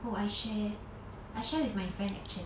oh I share I share with my friend actually